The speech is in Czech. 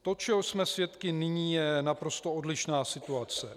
To, čeho jsme svědky nyní, je naprosto odlišná situace.